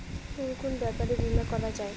কুন কুন ব্যাপারে বীমা করা যায়?